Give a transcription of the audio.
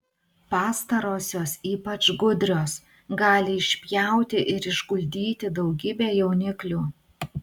pastarosios ypač gudrios gali išpjauti ir išguldyti daugybę jauniklių